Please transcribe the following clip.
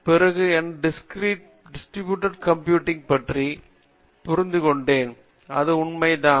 பிறகு non distributed கம்ப்யூட்டிங்கில் பற்றி மேலும் புரிந்து கொண்டேன் அது உண்மைதான்